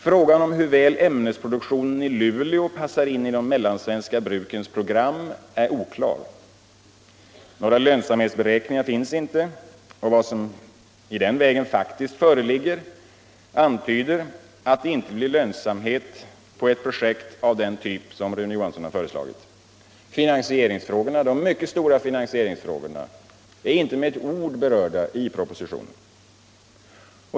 Frågan om hur väl ämnesproduktionen i Luleå passar för de mellansvenska brukens program är oklar. Några direkta lönsamhetsberäkningar finns inte, och vad som i den vägen faktiskt föreligger antyder att det inte blir lönsamhet på ett projekt av den typ som Rune Johansson har föreslagit. De mycket stora finansieringsfrågorna är inte med ett ord berörda i propositionen.